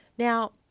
Now